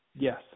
Yes